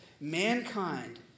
mankind